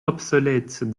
obsolète